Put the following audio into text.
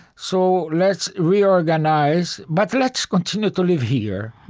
so, let's reorganize, but let's continue to live here.